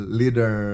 leader